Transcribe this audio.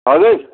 हजुर